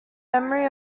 memory